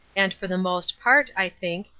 and for the most part, i think,